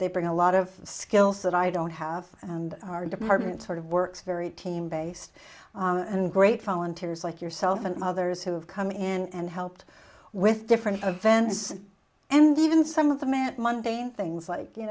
they bring a lot of skills that i don't have and our department sort of works very team based and great fallen tears like yourself and others who have come in and helped with different events and even some of the mant monday in things like you